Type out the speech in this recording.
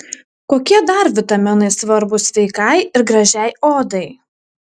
kokie dar vitaminai svarbūs sveikai ir gražiai odai